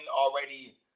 already